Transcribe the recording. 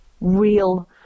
real